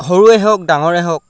সৰুৱে হওক ডাঙৰেই হওক